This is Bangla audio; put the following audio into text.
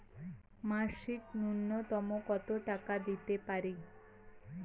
মাসিক নূন্যতম কত টাকা দিতে পারি?